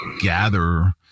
gather